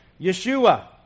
Yeshua